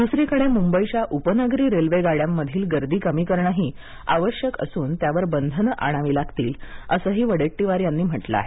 दूसरीकडे मुंबईच्या उपनगरी रेल्वेगाड्यांमधील गर्दी कमी करणही आवश्यक असून त्यावर बंधन आणावी लागतील असंही वडेट्टीवार यांनी म्हटलं आहे